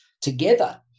together